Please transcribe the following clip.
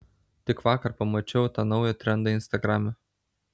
tik vakar pamačiau tą naują trendą instagrame